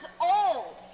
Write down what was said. old